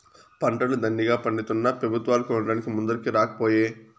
పంటలు దండిగా పండితున్నా పెబుత్వాలు కొనడానికి ముందరికి రాకపోయే